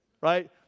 right